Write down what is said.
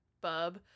bub